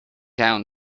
down